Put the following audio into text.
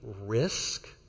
risk